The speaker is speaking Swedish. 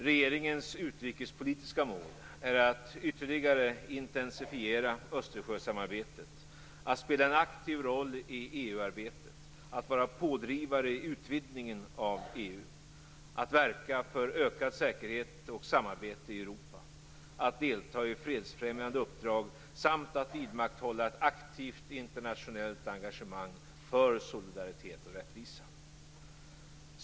Regeringens utrikespolitiska mål är att ytterligare intensifiera Östersjösamarbetet, att spela en aktiv roll i EU-arbetet, att vara pådrivande i utvidgningen av EU, att verka för ökad säkerhet och samarbete i Europa, att delta i fredsfrämjande uppdrag samt att vidmakthålla ett aktivt internationellt engagemang för solidaritet och rättvisa.